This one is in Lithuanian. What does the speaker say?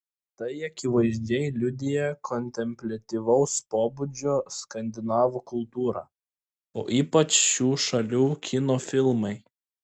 tai akivaizdžiai liudija kontempliatyvaus pobūdžio skandinavų kultūra o ypač šių šalių kino filmai